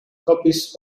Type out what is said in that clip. copies